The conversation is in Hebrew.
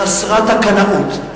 חסרת הקנאות,